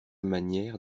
manière